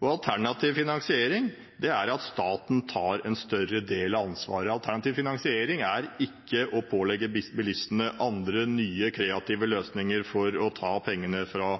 det. Alternativ finansiering er at staten tar en større del av ansvaret. Alternativ finansiering er ikke å pålegge bilistene andre nye, kreative løsninger for å ta pengene fra